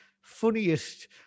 funniest